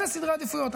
אלה סדרי העדיפויות.